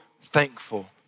thankful